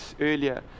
earlier